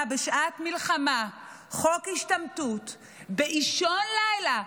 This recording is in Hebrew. בשעת מלחמה חוק השתמטות באישון לילה,